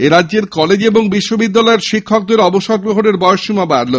রাজ্যের কলেজ ও বিশ্ববিদ্যালয়ের শিক্ষকদের অবসর গ্রহণের বয়সসীমা বাড়ল